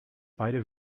beide